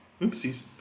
oopsies